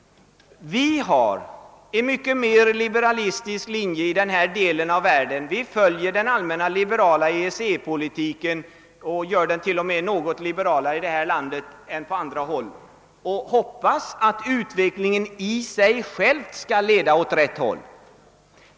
Vi har en mycket mer liberalistisk linje i denna del av världen. Vi följer den allmänna liberala EEC-politiken och gör den t.o.m. något liberalare i detta land än på andra håll — vi hoppas att utvecklingen i sig själv skall leda rätt.